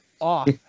off